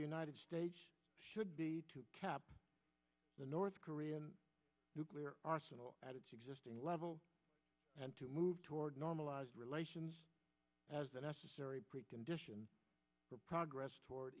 the united states should be kept the north korean nuclear arsenal at its existing level and to move toward normalized relations as the necessary precondition for progress toward